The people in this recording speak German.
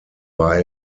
war